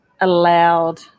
allowed